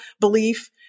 belief